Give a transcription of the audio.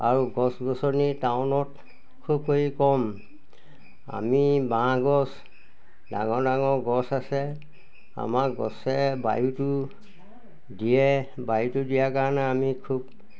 আৰু গছ গছনি টাউনত খুব সেই কম আমি বাঁহ গছ ডাঙৰ ডাঙৰ গছ আছে আমাৰ গছে বায়ুটো দিয়ে বায়ুটো দিয়াৰ কাৰণে আমি খুব